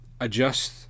adjust